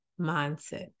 mindset